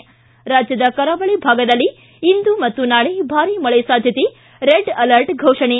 ಿ ರಾಜ್ಯದ ಕರಾವಳಿ ಭಾಗದಲ್ಲಿ ಇಂದು ಮತ್ತು ನಾಳೆ ಭಾರಿ ಮಳೆ ಸಾಧ್ಯತೆ ರೆಡ್ ಅಲರ್ಟ್ ಘೋಷಣೆ